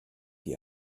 die